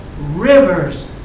rivers